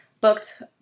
booked